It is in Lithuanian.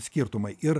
skirtumai ir